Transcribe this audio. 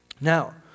Now